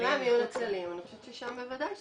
אני חושבת ששם בוודאי שצריך,